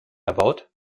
erbaut